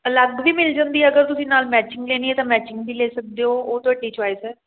ਅਲੱਗ ਵੀ ਮਿਲ ਜਾਂਦੀ ਹੈ ਅਗਰ ਤੁਸੀਂ ਨਾਲ ਮੈਚਿੰਗ ਲੈਣੀ ਹੈ ਤਾਂ ਮੈਚਿੰਗ ਵੀ ਲੈ ਸਕਦੇ ਹੋ ਉਹ ਤੁਹਾਡੀ ਚੋਇਸ ਹੈ